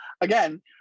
again